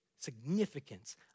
significance